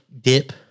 dip